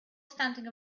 standing